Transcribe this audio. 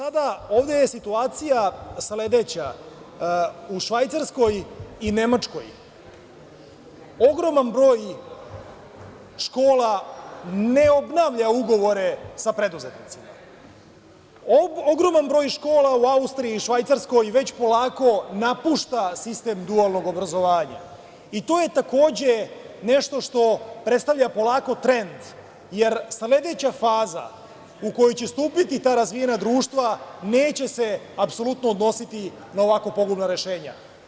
Ovde je situacija sledeća, u Švajcarskoj i Nemačkoj ogroman broj škola ne obnavlja ugovore sa preduzetnicima, ogroman broj škola u Austriji i Švajcarskoj već polako napušta sistem dualnog obrazovanja i to je nešto što predstavlja polako trend, jer sledeća faza u koju će stupiti ta razvijena društva neće se apsolutno odnositi na ovako pogubna rešenja.